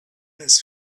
his